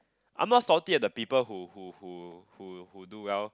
I'm not salty at the people who who who who who do well